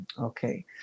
Okay